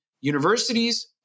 universities